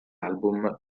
album